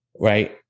right